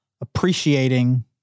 appreciating